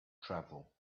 travel